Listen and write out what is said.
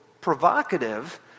provocative